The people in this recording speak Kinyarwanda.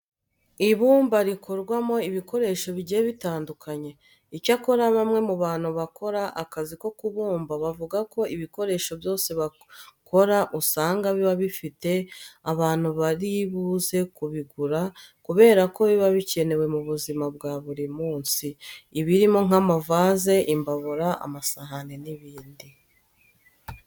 Ibumba rikorwamo ibikoresho bigiye bitandukanye. Icyakora bamwe mu bantu bakora akazi ko kubumba bavuga ko ibikoresho byose bakora usanga biba bifite abantu bari buze kubigura kubera ko biba bikenewe mu buzima bwa buri minsi birimo nk'amavaze, imbabura, amasahane n'ibindi.